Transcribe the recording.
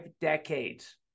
decades